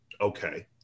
Okay